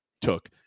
took